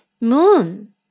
moon